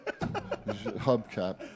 Hubcap